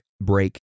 break